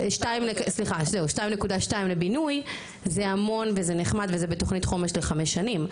סליחה 2.2 לבינוי זה המון וזה נחמד וזה בתוכנית חומש של חמש שנים,